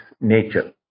nature